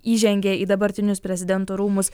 įžengė į dabartinius prezidento rūmus